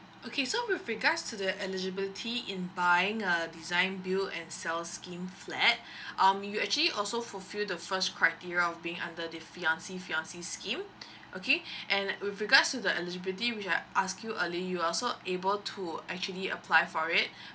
okay so with regards to the eligibility in buying a design build and sell scheme flat um you actually also fulfilled the first criteria of being under the fiance fiancee scheme okay and with regards to the eligibility which I asked you early you are also able to actually apply for it